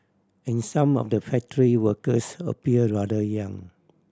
and some of the factory workers appear rather young